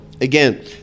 again